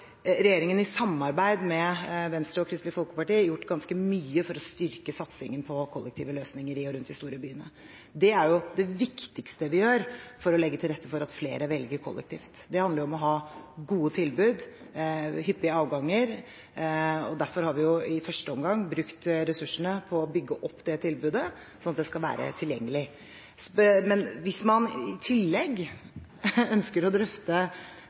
i samarbeid med Venstre og Kristelig Folkeparti, gjort ganske mye for å styrke satsingen på kollektive løsninger i og rundt de store byene. Det er det viktigste vi gjør for å legge til rette for at flere velger kollektivt. Det handler om å ha gode tilbud og hyppige avganger. Derfor har vi i første omgang brukt ressursene på å bygge opp tilbudet, sånn at det skal være tilgjengelig. Hvis man i tillegg ønsker å drøfte